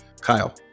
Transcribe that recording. Kyle